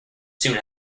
soon